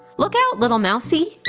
look out, little mousey!